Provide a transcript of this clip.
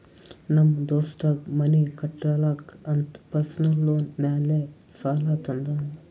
ನಮ್ ದೋಸ್ತಗ್ ಮನಿ ಕಟ್ಟಲಾಕ್ ಅಂತ್ ಪರ್ಸನಲ್ ಲೋನ್ ಮ್ಯಾಲೆ ಸಾಲಾ ತಂದಾನ್